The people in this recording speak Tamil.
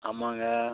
ஆமாங்க